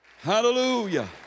Hallelujah